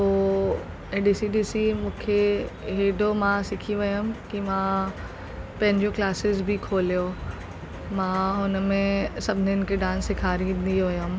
पोइ हे ॾिसी ॾिसी मूंखे हेॾो मां सिखी वयमि की मां पंहिंजो क्लासिस बि खोलियो मां हुन में सभिनीनि खे डांस सेखारींदी हुयमि